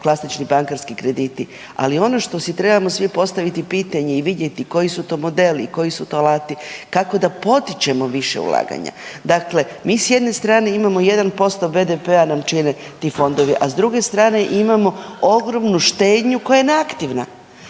klasični bankarski krediti. Ali ono što si trebamo svi postaviti pitanje i vidjeti koji su to modeli i koji su to alati, kako da potičemo više ulaganja. Dakle, mi s jedne strane imamo 1% BPD-a nam čine ti fondovi, a s druge strane imamo ogromnu štednju koja je neaktivna